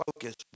focus